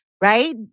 Right